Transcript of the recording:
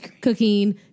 cooking